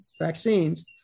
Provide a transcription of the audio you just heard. vaccines